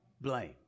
blame